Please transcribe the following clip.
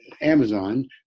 Amazon